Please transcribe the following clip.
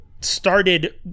started